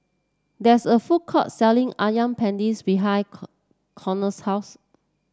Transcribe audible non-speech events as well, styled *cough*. there's a food court selling Asam Pedas behind *unintelligible* Conard's house